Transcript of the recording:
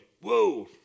whoa